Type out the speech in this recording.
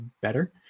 better